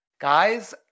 Guys